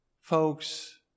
Folks